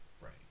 right